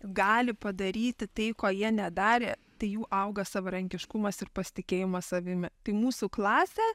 gali padaryti tai ko jie nedarė tai jų auga savarankiškumas ir pasitikėjimas savimi tai mūsų klasė